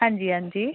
हांजी हांजी